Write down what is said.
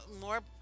more